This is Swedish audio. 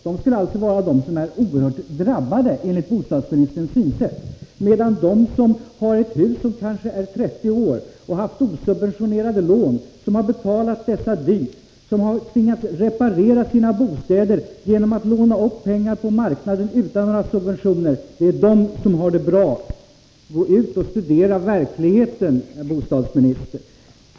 De skulle alltså enligt bostadsministern vara de som är oerhört drabbade, medan de som har hus som kanske är 30 år, har haft osubventionerade lån och betalat dem dyrt och som har tvingats reparera sina bostäder genom att låna upp pengar på marknaden utan några subventioner, de skulle alltså vara de som har det bra. Gå ut och studera verkligheten, herr bostadsminister!